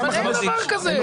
אין דבר כזה.